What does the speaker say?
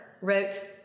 wrote